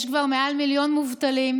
יש כבר מעל מיליון מובטלים,